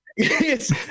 Yes